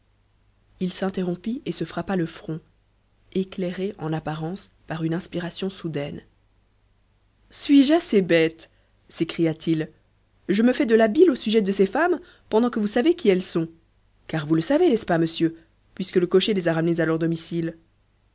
il s'interrompit et se frappa le front éclairé en apparence par une inspiration soudaine suis-je assez bête s'écria-t-il je me fais de la bile au sujet de ces femmes pendant que vous savez qui elles sont car vous le savez n'est-ce pas monsieur puisque le cocher les a ramenées à leur domicile